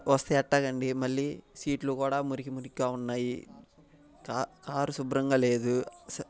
వస్తే ఎట్టాగండి మళ్ళీ సీట్లు కూడా మురికి మురికిగా ఉన్నాయి కార్ కారు శుభ్రంగా లేదు